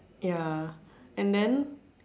ya and then